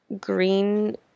Green